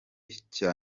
cya